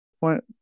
Point